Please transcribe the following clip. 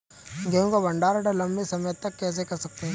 गेहूँ का भण्डारण लंबे समय तक कैसे कर सकते हैं?